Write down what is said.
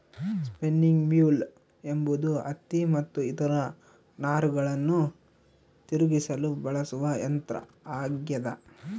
spinning mule ಎಂಬುದು ಹತ್ತಿ ಮತ್ತು ಇತರ ನಾರುಗಳನ್ನು ತಿರುಗಿಸಲು ಬಳಸುವ ಯಂತ್ರ ಆಗ್ಯದ